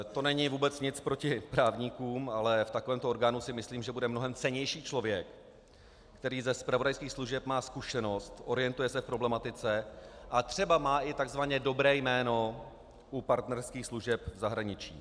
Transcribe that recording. To není vůbec nic proti právníkům, ale v takovémto orgánu si myslím, že bude mnohem cennější člověk, který má ze zpravodajských služeb zkušenost, orientuje se v problematice a třeba má i takzvaně dobré jméno u partnerských služeb v zahraničí.